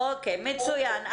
מצוין.